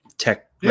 Tech